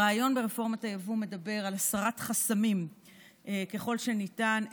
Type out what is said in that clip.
הרעיון ברפורמת היבוא מדבר על הסרת החסמים ככל שניתן.